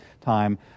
time